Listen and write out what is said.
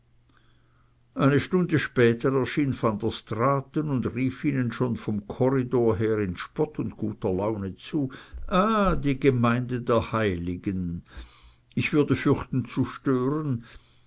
eine stunde später erschien van der straaten und rief ihnen schon vom korridor her in spott und guter laune zu ah die gemeinde der heiligen ich würde fürchten zu stören